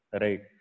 right